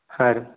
ಹಾಂ ರೀ